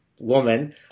woman